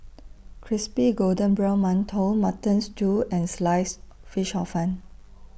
Crispy Golden Brown mantou Mutton Stew and Sliced Fish Hor Fun